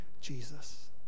Jesus